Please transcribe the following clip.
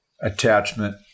attachment